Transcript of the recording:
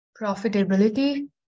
Profitability